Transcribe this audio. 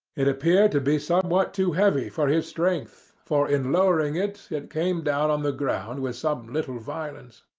it appeared to be somewhat too heavy for his strength, for in lowering it, it came down on the ground with some little violence.